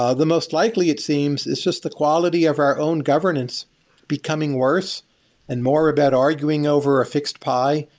ah the most likely it seems is just the quality of our own governance becoming worse and more about arguing over a fixed pie,